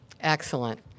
Excellent